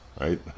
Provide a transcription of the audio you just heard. right